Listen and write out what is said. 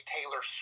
Taylor